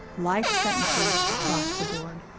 life sentences across the board.